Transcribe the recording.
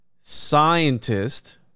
scientist